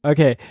Okay